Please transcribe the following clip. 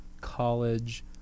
college